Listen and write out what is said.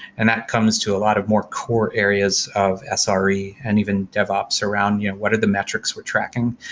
and that comes to a lot of more core areas of ah sre and even devops around you know what are the metrics we're tracking?